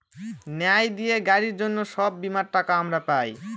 ন্যায় দিয়ে গাড়ির জন্য সব বীমার টাকা আমরা পাই